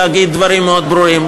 להגיד דברים מאוד ברורים.